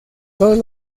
todos